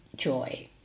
joy